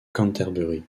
canterbury